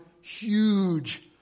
huge